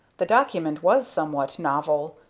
the document was somewhat novel.